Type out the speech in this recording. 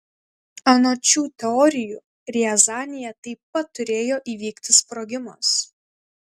anot šių teorijų riazanėje taip pat turėjo įvykti sprogimas